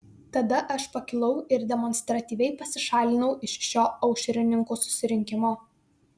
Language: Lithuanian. tada aš pakilau ir demonstratyviai pasišalinau iš šio aušrininkų susirinkimo